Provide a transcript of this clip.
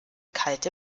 kalte